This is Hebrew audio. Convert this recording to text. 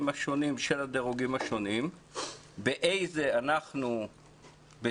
השונים של הדירוגים השונים באיזה אנחנו בסדר,